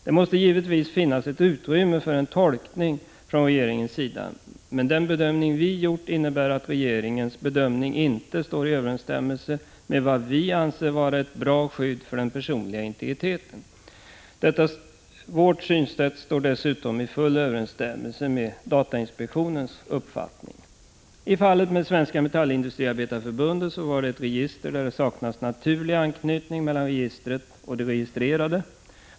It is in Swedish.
Det måste givetvis finnas ett utrymme för en tolkning från regeringens sida, men den bedömning vi gjort innebär att regeringens bedömning inte står i överensstämmelse med vad vi anser vara ett bra skydd för den personliga integriteten. Vårt synsätt står dessutom i full överensstämmelse med datainspektionens uppfattning. I fallet med Svenska metallindustriarbetareförbundet gällde det ett register där det saknas naturlig anknytning mellan registret och de registrerade.